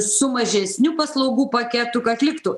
su mažesniu paslaugų paketu kad liktų